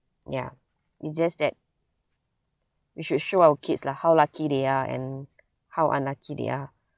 ya it just that we should show our kids lah how lucky they are and how unlucky they are